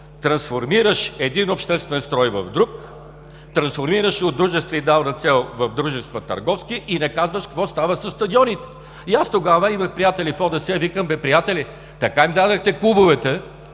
Трансформираш един обществен строй в друг, трансформираш от дружества с идеална цел в дружества търговски, и не казваш какво става със стадионите. И аз тогава имах приятели в ОДС, викам: „Бе, приятели, така им дадохте клубовете,